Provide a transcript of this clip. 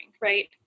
right